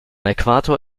äquator